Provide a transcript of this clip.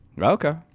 Okay